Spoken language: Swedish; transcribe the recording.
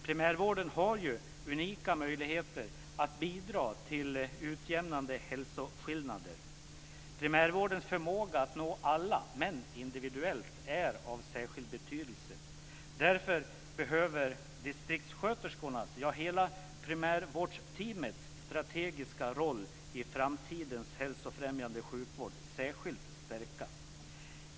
Primärvården har ju unika möjligheter att bidra till utjämnabde hälsoskillnader. Primärvårdens förmåga att nå alla, men individuellt, är av särskild betydelse. Därför behöver distriktsköterskornas, ja hela primärvårdsteamets strategiska roll i framtidens hälsofrämjande sjukvård särskilt stärkas.